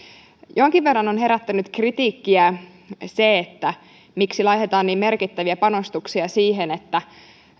jonkin verran on herättänyt kritiikkiä se miksi laitetaan niin merkittäviä panostuksia siihen että